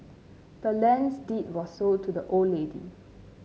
the land's deed was sold to the old lady